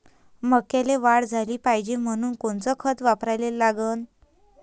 मक्याले वाढ झाली पाहिजे म्हनून कोनचे खतं वापराले लागन?